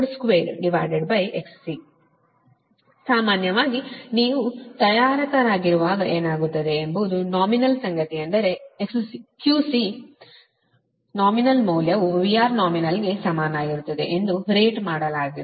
QC VR2XC ಸಾಮಾನ್ಯವಾಗಿ ನೀವು ತಯಾರಕರಾಗಿರುವಾಗ ಏನಾಗುತ್ತದೆ ಎಂಬುದು ನಾಮಿನಲ್ ಸಂಗತಿಯೆಂದರೆ QC ನಾಮಿನಲ್ ಮೌಲ್ಯವು VR ನಾಮಿನಲ್ಗೆ ಸಮನಾಗಿರುತ್ತದೆ ಎಂದು ರೇಟ್ ಮಾಡಲಾಗಿದೆ